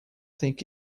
think